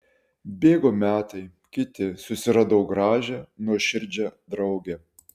bėgo metai kiti susiradau gražią nuoširdžią draugę